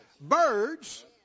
birds